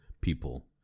people